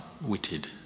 witted